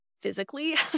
physically